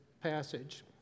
passage